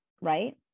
right